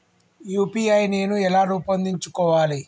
UPI నేను ఎలా రూపొందించుకోవాలి?